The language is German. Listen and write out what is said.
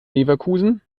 leverkusen